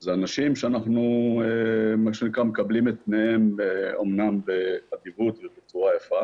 זה אנשים שאנחנו מקבלים את פניהם אמנם באדיבות ובצורה יפה